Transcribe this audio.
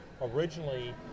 Originally